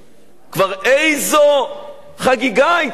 כבר איזו חגיגה היתה כאן.